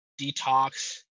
detox